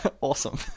Awesome